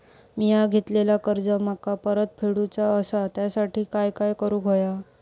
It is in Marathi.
मिया घेतलेले कर्ज मला परत फेडूचा असा त्यासाठी काय काय करून होया?